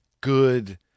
good